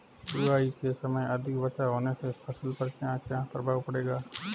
बुआई के समय अधिक वर्षा होने से फसल पर क्या क्या प्रभाव पड़ेगा?